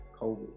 COVID